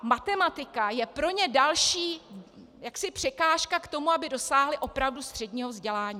Matematika je pro ně další překážka k tomu, aby dosáhli opravdu středního vzdělání.